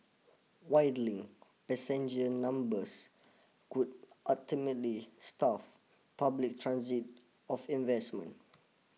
dwindling passenger numbers could ultimately starve public transit of investment